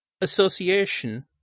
association